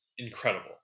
Incredible